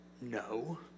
No